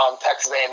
Texas